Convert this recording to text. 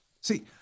See